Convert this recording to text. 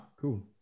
cool